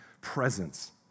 presence